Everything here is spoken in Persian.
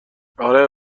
آره